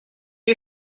you